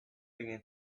began